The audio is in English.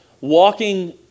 walking